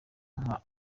nka